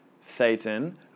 Satan